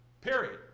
Period